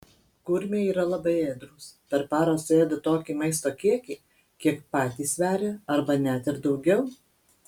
kurmiai yra labai ėdrūs per parą suėda tokį maisto kiekį kiek patys sveria arba net ir daugiau